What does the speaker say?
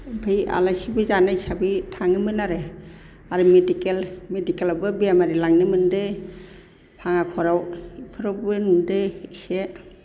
ओमफ्राय आलासिबो जानाय हिसाबै थाङोमोन आरो आरो मेडिकेल मेडिकेलावबो बेमारि लांनो मोन्दों भाङाघराव बेफोरावबो नुदों इसे